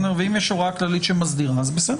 אם יש הוראה כללית שמסדירה, בסדר.